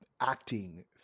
acting